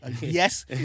Yes